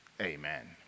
Amen